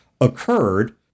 occurred